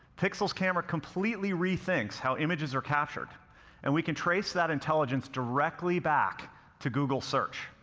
pixel's camera completely rethinks how images are captured and we can trace that intelligence directly back to google search.